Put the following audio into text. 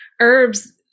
herbs